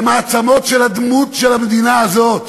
הן העצמות של הדמות של המדינה הזאת.